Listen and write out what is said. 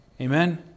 Amen